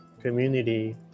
community